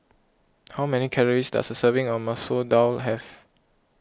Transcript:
how many calories does a serving of Masoor Dal have